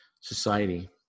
society